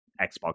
Xbox